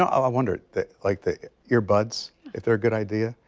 i wondered that like the ear buds if they're good idea.